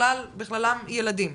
בכללם ילדים,